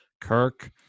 Kirk